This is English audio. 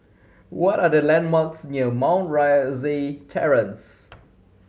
what are the landmarks near Mount Rosie Terrace